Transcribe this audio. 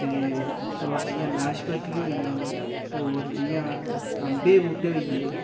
ते होर जि'यां नाशपतियां होइयां होर जि'यां अम्बें बूह्टे होइये